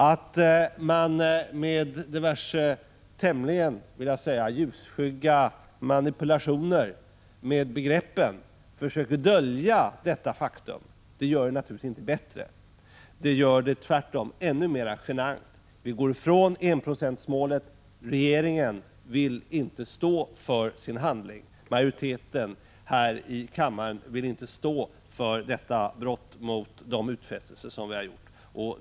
Att man med diverse tämligen ljusskygga manipulationer med begreppen försöker dölja detta faktum gör inte saken bättre. Tvärtom blir det ännu mer genant. Vi går ifrån enprocentsmålet, och regeringen vill inte stå för sitt handlande. Majoriteten här i kammaren vill inte stå för detta brott mot de utfästelser som vi har gjort.